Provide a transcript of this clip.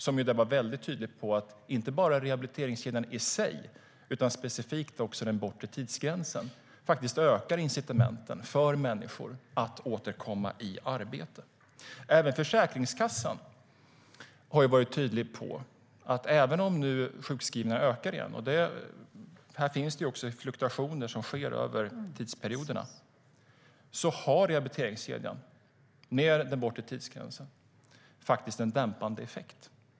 Han var väldigt tydlig med att inte bara rehabiliteringskedjan i sig utan specifikt också den bortre tidsgränsen ökade incitamenten för människor att återkomma i arbete. Också Försäkringskassan har varit tydlig med att även om antalet sjukskrivna ökar igen - det sker ju fluktuationer över tidsperioderna - har rehabiliteringskedjan med den bortre tidsgränsen en dämpande effekt.